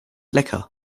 lecker